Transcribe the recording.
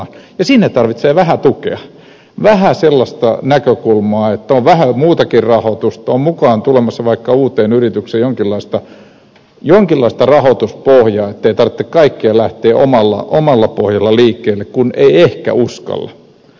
ja sinne tarvitaan vähän tukea vähän sellaista näkökulmaa että on vähän muutakin rahoitusta on mukaan tulemassa vaikka uuteen yritykseen jonkinlaista rahoituspohjaa ettei tarvitse kaikkien lähteä omalla pohjalla liikkeelle kun ei ehkä uskalla